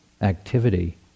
activity